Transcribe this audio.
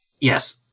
Yes